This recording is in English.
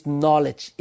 knowledge